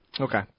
Okay